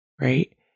right